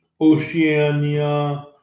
Oceania